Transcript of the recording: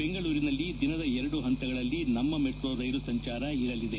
ಬೆಂಗಳೂರಿನಲ್ಲಿ ದಿನದ ಎರಡು ಹಂತಗಳಲ್ಲಿ ನಮ್ಮ ಮೆಟ್ರೊ ರೈಲು ಸಂಚಾರ ಇರಲಿದೆ